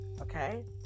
okay